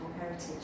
heritage